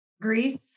Greece